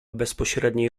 bezpośredniej